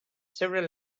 several